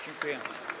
Dziękuję.